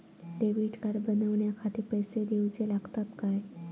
Debit card बनवण्याखाती पैसे दिऊचे लागतात काय?